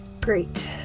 Great